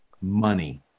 money